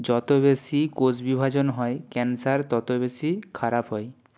যত বেশি কোষ বিভাজন হয় ক্যান্সার তত বেশি খারাপ হয়